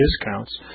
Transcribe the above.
discounts